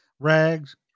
Rags